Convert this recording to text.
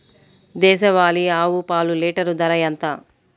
దేశవాలీ ఆవు పాలు లీటరు ధర ఎంత?